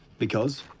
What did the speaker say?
because?